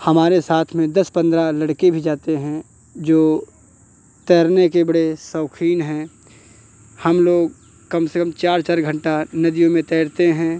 हमारे साथ में दस पन्द्रह लड़के भी जाते हैं जो तैरने के बड़े शौकीन हैं हम लोग कम से कम चार चार घंटा नदियों में तैरते हैं